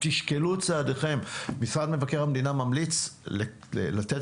תשקלו צעדיכם; משרד מבקר המדינה ממליץ לתת